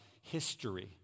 history